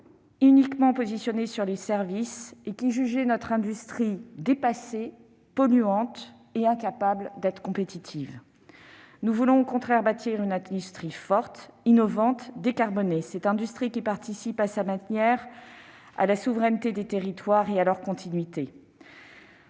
uniquement positionnée sur les services et qui jugeait notre industrie dépassée, polluante et incapable d'être compétitive. Nous voulons au contraire bâtir une industrie forte, innovante, décarbonée, participant à sa manière à la souveraineté des territoires et à leur continuité.